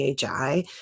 PHI